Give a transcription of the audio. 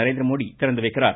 நரேந்திர மோடி திறந்து வைக்கிறார்